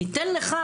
ניתן לך,